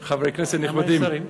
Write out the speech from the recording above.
חברי כנסת נכבדים, למה אין שרים?